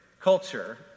culture